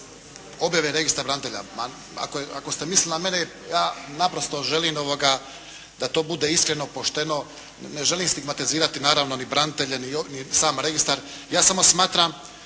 objave registra branitelja. Ako ste mislili na mene ja naprosto želim da to bude iskreno, pošteno, ne želim stigmatizirati naravno ni branitelje ni sam registar. Ja samo smatram